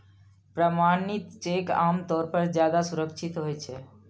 प्रमाणित चेक आम तौर पर ज्यादा सुरक्षित होइ छै